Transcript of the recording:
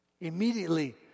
Immediately